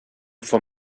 for